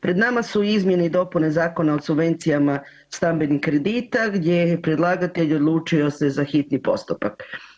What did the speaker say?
Pred nama su izmjene i dopune Zakona o subvencijama stambenih kredita gdje je predlagatelj odlučio se za hitni postupak.